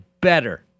better